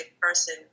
person